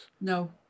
No